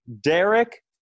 Derek